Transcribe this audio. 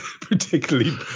particularly